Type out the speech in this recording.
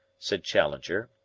said challenger,